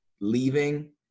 leaving